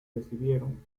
recibieron